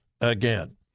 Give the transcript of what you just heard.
again